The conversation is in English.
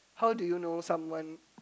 how do you know someone